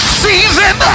season